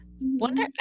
wonder